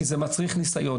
כי זה מצריך ניסיון.